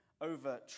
over